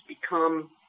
become